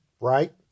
Right